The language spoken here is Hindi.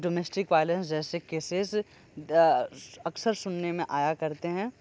डोमेस्टिक वायलेंस जैसे केसेस अक्सर सुनने में आया करते हैं